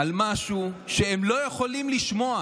על משהו שהם לא יכולים לשמוע.